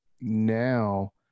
now